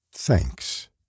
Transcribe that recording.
Thanks